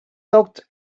looked